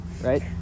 right